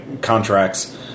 contracts